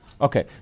Okay